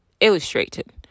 illustrated